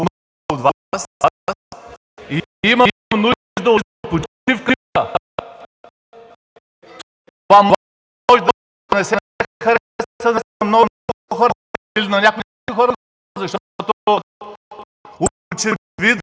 и имам нужда от почивка. Това може да не се хареса на много хора или